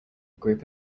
group